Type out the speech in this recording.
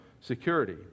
security